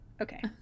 okay